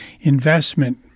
investment